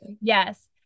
yes